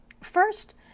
first